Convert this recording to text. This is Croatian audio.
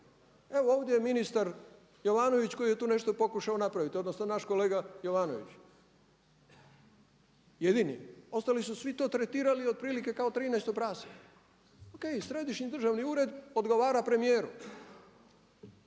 Evo ovdje je ministar Jovanović koji je tu nešto pokušao napraviti, odnosno naš kolega Jovanović, jedini, ostali su svi to tretirali otprilike kao 13-to prase. OK, središnji državni ured odgovara premijeru